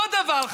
אותו דבר,